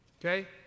Okay